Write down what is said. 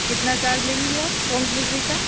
کتنا چارج لیں گی آپ ہوم ڈلیوری کا